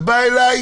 בא אליי